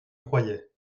croyais